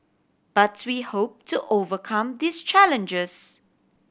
but we hope to overcome these challenges